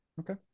okay